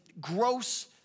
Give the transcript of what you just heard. gross